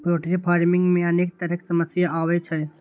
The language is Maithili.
पोल्ट्री फार्मिंग मे अनेक तरहक समस्या आबै छै